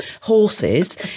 horses